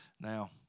now